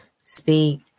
speak